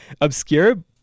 obscure